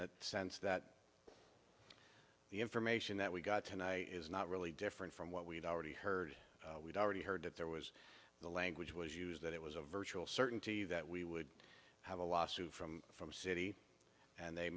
the sense that the information that we got tonight is not really different from what we've already heard we've already heard that there was the language was used that it was a virtual certainty that we would have a law suit from from city and they